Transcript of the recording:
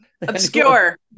obscure